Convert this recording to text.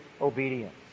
obedience